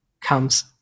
comes